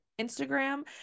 Instagram